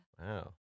Wow